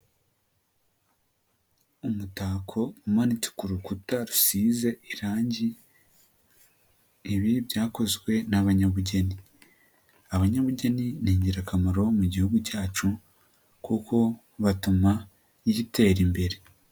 Umutako umanitse ku rukuta rusize irangi ibi byakozwe n'abanyabugeni, abanyabugeni ni ingirakamaro mu gihugu cyacu kuko batuma gitera imbere.